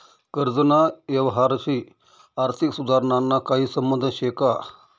कर्जना यवहारशी आर्थिक सुधारणाना काही संबंध शे का?